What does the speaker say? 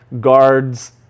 guards